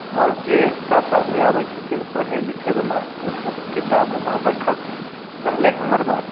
आओर जे हिसाबसँ आदमी आबय छथिन पढय लिखयवला उ ढङ्गके किताब वहाँ रखल छै रहलय हमर बात